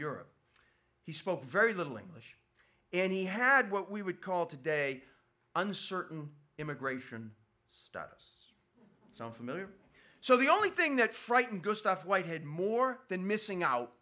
europe he spoke very little english and he had what we would call today uncertain immigration status so familiar so the only thing that frightened gustav whitehead more than missing out